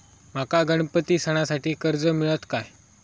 माका गणपती सणासाठी कर्ज मिळत काय?